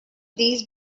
these